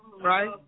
Right